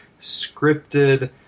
scripted